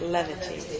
Levity